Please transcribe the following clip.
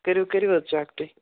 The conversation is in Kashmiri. کٔرِو کٔرِو حظ چیک تُہۍ